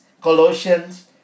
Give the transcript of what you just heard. Colossians